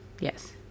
Yes